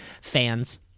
fans